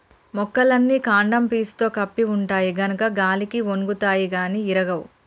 మొక్కలన్నీ కాండం పీసుతో కప్పి ఉంటాయి గనుక గాలికి ఒన్గుతాయి గాని ఇరగవు